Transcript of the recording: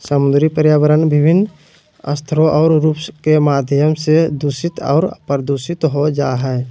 समुद्री पर्यावरण विभिन्न स्रोत और रूप के माध्यम से दूषित और प्रदूषित हो जाय हइ